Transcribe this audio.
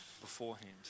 beforehand